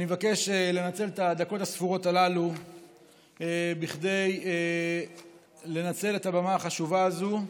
אני מבקש לנצל את הדקות הספורות הללו כדי לנצל את הבמה החשובה הזאת,